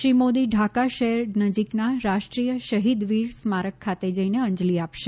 શ્રી મોદી ઢાકા શહેર નજીકના રાષ્ટ્રીય શહિદવીર સ્મારક ખાતે જઈને અંજલી આપશે